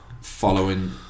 following